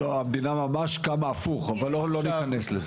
לא, המדינה ממש קמה הפוך, אבל לא ניכנס לזה.